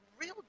real